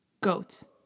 Goats